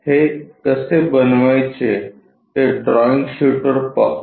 हे कसे बनवायचे ते ड्रॉईंग शीटवर पाहू